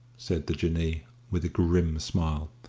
said the jinnee, with a grim smile.